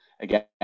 again